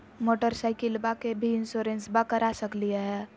मोटरसाइकिलबा के भी इंसोरेंसबा करा सकलीय है?